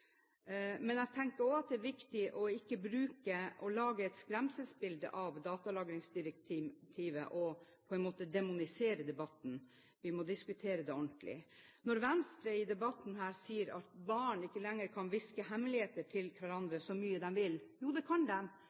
Men jeg tenker også at det er viktig ikke å lage et skremselsbilde av datalagringsdirektivet og på en måte demonisere debatten. Vi må diskutere det ordentlig. Når Venstre i debatten her sier at barn ikke lenger kan hviske hemmeligheter til hverandre så mye de vil: Jo, det kan